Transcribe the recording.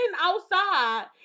outside